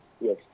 yes